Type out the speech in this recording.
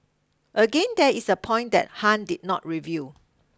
again there is a point that Han did not reveal